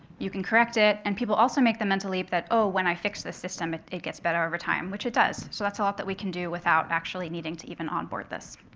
you can correct it, and people also make the mental leap that, oh, when i fix the system, it it gets better over time, which it does. so that's a lot that we can do without actually needing to even onboard this.